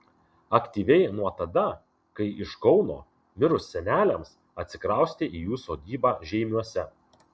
aktyviai nuo tada kai iš kauno mirus seneliams atsikraustė į jų sodybą žeimiuose